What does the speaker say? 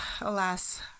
alas